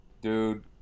dude